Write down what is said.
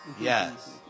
Yes